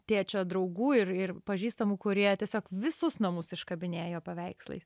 tėčio draugų ir ir pažįstamų kurie tiesiog visus namus iškabinėjo paveikslais